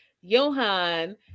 Johan